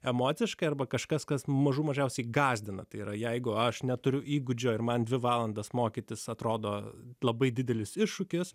emociškai arba kažkas kas mažų mažiausiai gąsdina tai yra jeigu aš neturiu įgūdžių ir man dvi valandas mokytis atrodo labai didelis iššūkis